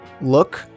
look